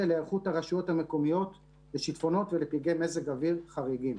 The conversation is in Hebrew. על היערכות הרשויות המקומיות לשיטפונות ולפגעי מזג אוויר חריגים.